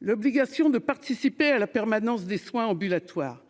L'obligation de participer à la permanence des soins ambulatoires